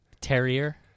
terrier